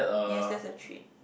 yes that's a trait